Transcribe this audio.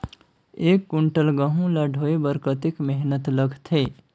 एक कुंटल गहूं ला ढोए बर कतेक मेहनत लगथे?